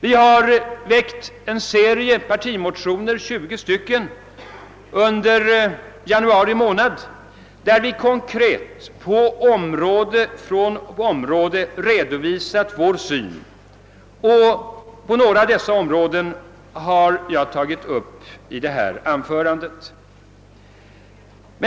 Vi har under januari månad väckt en serie partimotioner — 20 stycken — där vi konkret på område efter område redovisat vår syn, och några av dessa har jag berört i detta anförande.